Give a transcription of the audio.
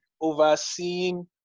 overseeing